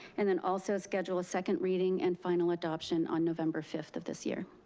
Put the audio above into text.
and then also schedule a second reading and final adoption on november fifth of this year.